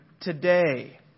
Today